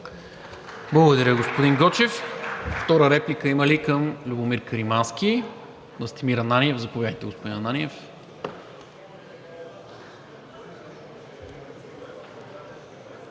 Благодаря, господин Гочев.